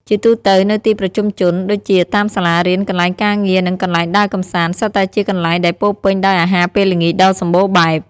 ជាទូទៅ នៅទីប្រជុំជន ដូចជាតាមសាលារៀន កន្លែងការងារ និងកន្លែងដើរកំសាន្ត សុទ្ធតែជាកន្លែងដែលពោរពេញដោយអាហារពេលល្ងាចដ៏សម្បូរបែប។